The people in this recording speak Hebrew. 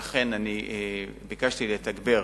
לכן ביקשתי לתגבר